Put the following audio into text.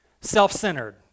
self-centered